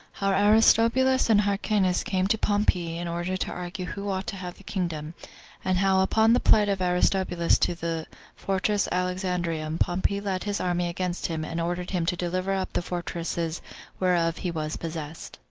how aristobulus and hyrcanus came to pompey in order to argue who ought to have the kingdom and how upon the plight of aristobulus to the fortress alexandrium pompey led his army against him and ordered him to deliver up the fortresses whereof he was possessed.